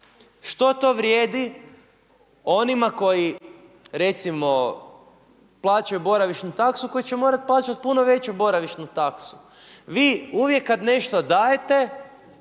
Što to vrijedi onima koji recimo, plaćaju boravišnu taksu koji će morat plaćat puno veću boravišnu taksu. Vi uvijek kad nešto dajete,